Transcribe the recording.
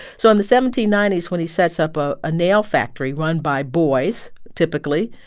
so in the seventeen ninety s when he sets up a nail factory run by boys, typically,